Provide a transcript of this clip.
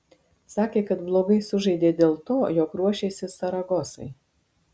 sakė kad blogai sužaidė dėl to jog ruošėsi saragosai